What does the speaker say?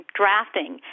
drafting